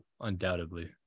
undoubtedly